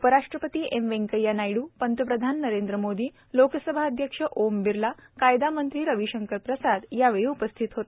उपराष्ट्रपती एम व्यंकय्या नायड्र पंतप्रधान नरेंद्र मोदी लोकसभा अध्यक्ष ओम बिरला कायदा मंत्री रविशंकर प्रसाद यावेळी उपस्थित होते